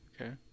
Okay